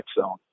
zone